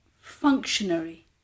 functionary